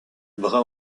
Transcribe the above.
brun